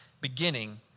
beginning